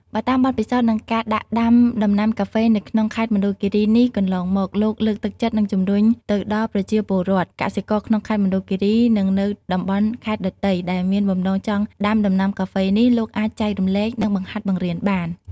បើតាមបទពិសោធ និងការដាក់ដាំដំណាំកាហ្វេនៅក្នុងខេត្តមណ្ឌលគិរីនេះកន្លងមក លោកលើកទឹកចិត្ត និងជំរុញទៅដល់ប្រជាពលរដ្ឋ កសិករក្នុងខេត្តមណ្ឌលគិរី និងនៅតំបន់ខេត្តដ៏ទៃ ដែលមានបំណងចង់ដាំដំណាំកាហ្វេនេះលោកអាចចែករំលែក និងបង្ហាត់បង្រៀនបាន។